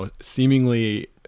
seemingly